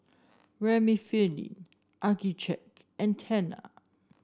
Remifemin Accucheck and Tena